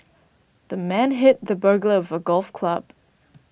the man hit the burglar with a golf club